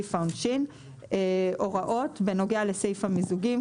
ולסעיף העונשין הוראות בנוגע לסעיף המיזוגים,